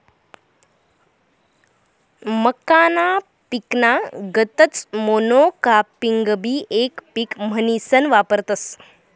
मक्काना पिकना गतच मोनोकापिंगबी येक पिक म्हनीसन वापरतस